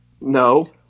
No